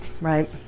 right